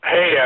Hey